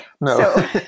no